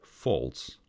false